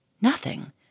Nothing